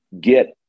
get